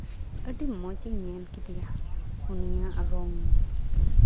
ᱟᱹᱰᱤ ᱢᱚᱡᱽ ᱤᱧ ᱧᱮᱞ ᱠᱮᱫᱮᱭᱟ ᱩᱱᱤᱭᱟᱜ ᱨᱚᱝ